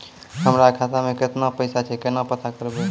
हमरा खाता मे केतना पैसा छै, केना पता करबै?